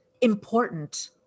important